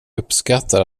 uppskattar